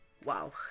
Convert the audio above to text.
Wow